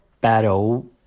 battle